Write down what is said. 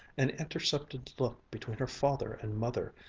an intercepted look between her father and mother,